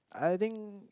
I think